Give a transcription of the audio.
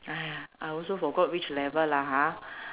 !aiya! I also forgot which level lah ha